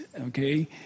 okay